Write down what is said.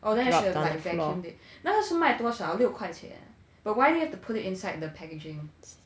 oh then I should have like vacuumed it 那个是卖多少六块钱 but why do you have to put it inside the packagings